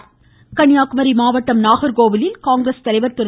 ராகுல்காந்தி கன்னியாகுமரி மாவட்டம் நாகர்கோவிலில் காங்கிரஸ் தலைவர் திரு